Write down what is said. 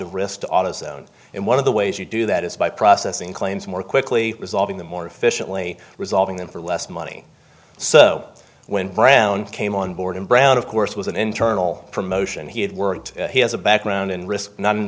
of risk to autozone and one of the ways you do that is by processing claims more quickly resolving the more efficiently resolving them for less money so when brown came on board and brown of course was an internal promotion he had worked he has a background in risk